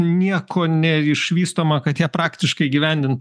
nieko neišvystoma kad ją praktiškai įgyvendint